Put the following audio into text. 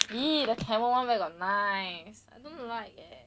!ee! camo one where got nice I don't like eh